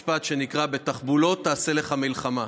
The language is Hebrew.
בתחבולות תעשה לך מלחמה.